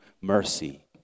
mercy